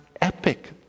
epic